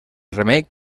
remei